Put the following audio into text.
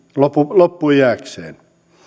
loppuiäkseen